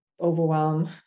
overwhelm